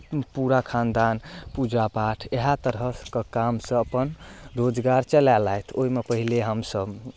पूरा खानदान पूजा पाठ इएह तरहके कामसँ अपन रोजगार चलेलथि ओहिमे पहिले हमसभ